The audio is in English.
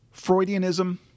Freudianism